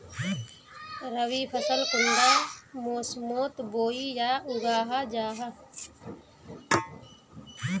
रवि फसल कुंडा मोसमोत बोई या उगाहा जाहा?